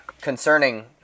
concerning